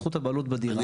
זכות הבעלות בדירה.